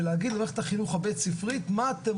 ולהגיד למערכת החינוך הבית-ספרית מה אתם